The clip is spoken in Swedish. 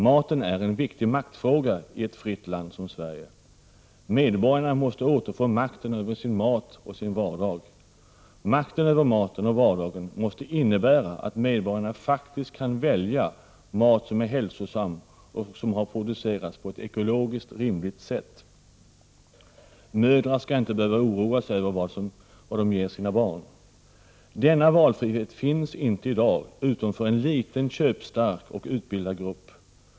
Maten är en viktig maktfråga i ett fritt land som Sverige. Medborgarna måste återfå makten över sin mat och sin vardag. Makten över maten och vardagen måste innebära att medborgarna faktiskt kan välja mat som är hälsosam och som har producerats på ett ekologiskt rimligt sätt. Mösdrar skall inte behöva oroa sig över vad de ger sina barn. Denna valfrihet finns inte i dag, utom för en liten köpstark och utbildad grupp.